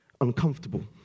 uncomfortable